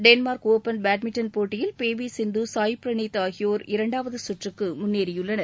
Denmark open badminton போட்டியில் இந்தியாவின் P V Sindhu Sai Praneeth ஆகியோர்இரண்டாவது சுற்றுக்கு முன்னேறியுள்ளனர்